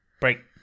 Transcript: Break